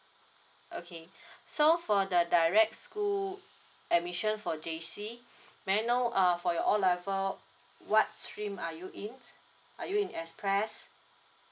okay so for the direct school admission for J_C may I know uh for your O level what stream are you in are you in express